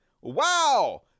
Wow